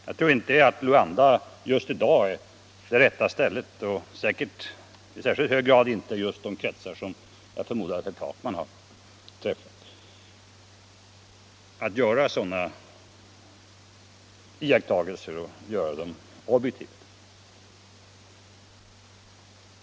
Jag tror inte att Luanda just i dag, eller just i de kretsat i vilka herr Takman har rört sig, är rätta stället att göra några särskilt objektiva iakttagelser i den frågan.